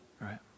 right